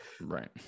Right